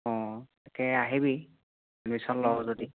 অঁ তাকে আহিবি এডমিশ্যন লও যদি